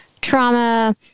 trauma